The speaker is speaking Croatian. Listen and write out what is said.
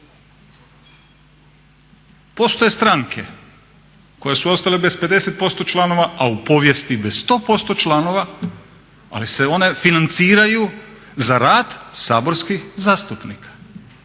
Postoje stranke koje su ostale bez 50% članova a u povijesti bez 100% članova ali se one financiraju za rad saborskih zastupnika.